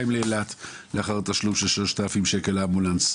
לקבורה באילת לאחר תשלום של 3,000 שקלים לאמבולנס.